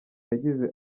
yagize